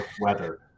weather